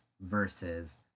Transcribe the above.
versus